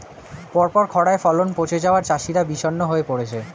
পরপর খড়ায় ফলন পচে যাওয়ায় চাষিরা বিষণ্ণ হয়ে পরেছে